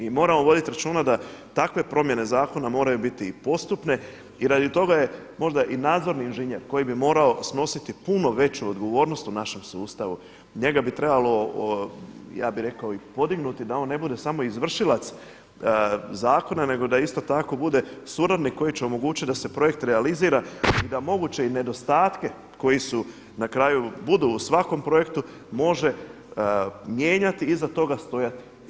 I moramo voditi računa da takve promjene zakona moraju biti postupne i radi toga je možda i nadzorni inženjer koji bi morao snositi puno veću odgovornost u našem sustavu njega bi trebalo ja bi rekao i podignuti da on ne bude samo izvršilac zakona nego da isto tako bude suradnik koji će omogućiti da se projekt realizira i da moguće nedostatke koji su na kraju budu u svakom projektu može mijenjati i iza toga stojati.